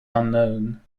unknown